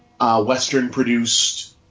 Western-produced